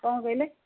କ'ଣ କହିଲେ